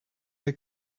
they